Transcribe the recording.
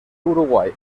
uruguay